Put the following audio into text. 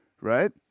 right